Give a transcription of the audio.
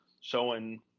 showing